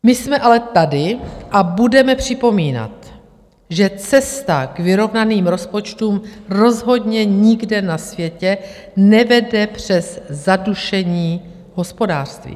My jsme ale tady a budeme připomínat, že cesta k vyrovnaným rozpočtům rozhodně nikde na světě nevede přes zadušení hospodářství.